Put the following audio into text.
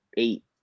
Eight